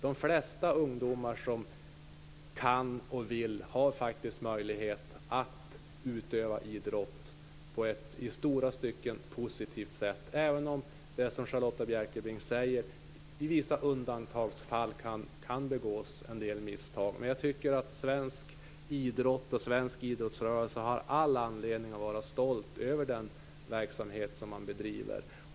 De flesta ungdomar som kan och vill har möjlighet att utöva idrott på ett i stora stycken positivt sätt, även om det, som Charlotta Bjälkebring säger, i vissa undantagsfall kan begås en del misstag. Jag tycker att svensk idrott och svensk idrottsrörelse har all anledning att vara stolt över den verksamhet som man bedriver.